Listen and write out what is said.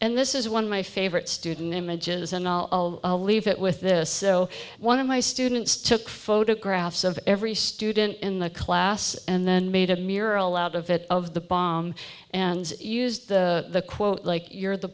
and this is one of my favorite student images and i'll leave it with this so one of my students took photographs of every student in the class and then made a mere aloud of it of the bomb and use the quote like you're the